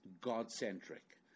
God-centric